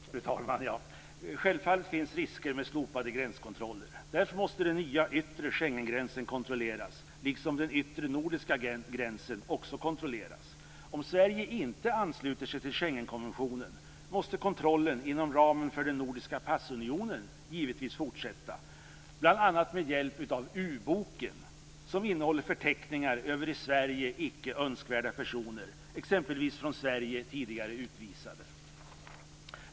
Fru talman! Självfallet finns risker med slopade gränskontroller. Därför måste den nya yttre Schengengränsen kontrolleras, liksom den yttre nordiska gränsen kontrolleras. Om Sverige inte ansluter sig till Schengenkonventionen måste kontrollen inom ramen för den nordiska passunionen givetvis fortsätta, bl.a. med hjälp av u-boken som innehåller förteckningar över i Sverige icke önskvärda personer, exempelvis från Sverige tidigare utvisade.